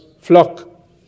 flock